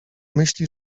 myśli